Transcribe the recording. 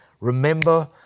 Remember